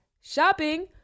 shopping